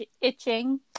itching